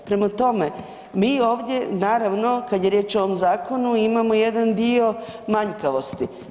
Prema tome, mi ovdje naravno kada je riječ o ovom zakonu imamo jedan dio manjkavosti.